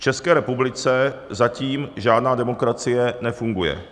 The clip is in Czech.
V České republice zatím žádná demokracie nefunguje.